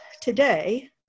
today